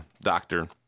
doctor